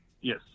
Yes